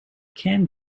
can